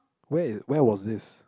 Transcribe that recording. where it where was this